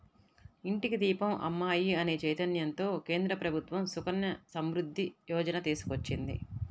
ఇంటికి దీపం అమ్మాయి అనే చైతన్యంతో కేంద్ర ప్రభుత్వం సుకన్య సమృద్ధి యోజన తీసుకొచ్చింది